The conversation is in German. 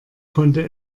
konnte